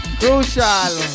crucial